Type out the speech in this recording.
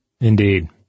Indeed